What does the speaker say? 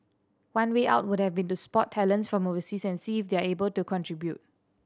one way out would have been to spot talents from overseas and see if they're able to contribute